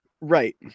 Right